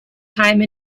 time